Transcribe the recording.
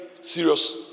serious